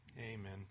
Amen